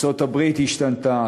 ארצות-הברית השתנתה.